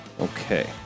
Okay